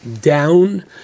down